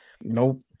Nope